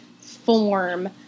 form